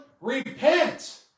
repent